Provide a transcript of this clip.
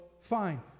fine